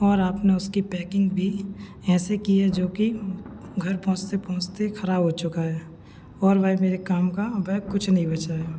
और आपने उसकी पैकिंग भी ऐसे कि है जोकि घर पहुँचते पहुँचते ख़राब हो चुका है और वह मेरे काम का वह कुछ नहीं बचा है